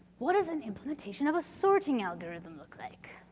what does an implementation of a sorting algorithm look like?